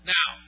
Now